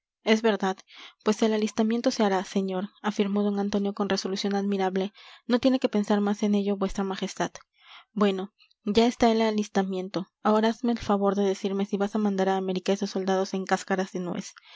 es verdad pues el alistamiento se hará señor afirmó d antonio con resolución admirable no tiene que pensar más en ello vuestra majestad bueno ya está el alistamiento ahora hazme el favor de decirme si vas a mandar a américa esos soldados en cáscaras de nuez